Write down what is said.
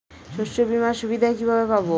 শস্যবিমার সুবিধা কিভাবে পাবো?